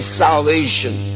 salvation